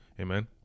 Amen